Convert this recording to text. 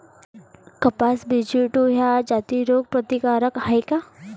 कपास BG two ह्या जाती रोग प्रतिकारक हाये का?